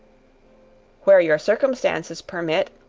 where your circumstances permit,